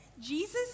Jesus